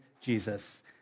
Jesus